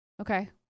Okay